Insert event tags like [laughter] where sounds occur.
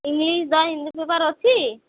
English [unintelligible] Hindi paper ଅଛି